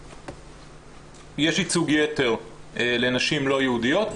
יש ייצוג יתר לנשים לא יהודיות,